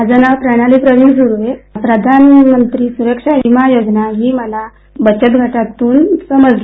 माझं नाव प्रणाली प्रवीण सुर्वे प्रधानमंत्री सुरक्षा बीमा योजना ही मला बचत गटातून समजली